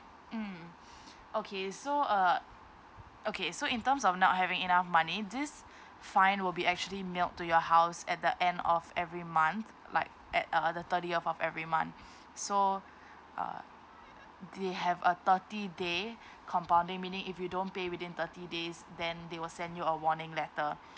mm okay so uh okay so in terms of not having enough money this fine will be actually mailed to your house at the end of every month like at uh the thirtieth of every month so uh they have a thirty day compounding meaning if you don't pay within thirty days then they will send you a warning letter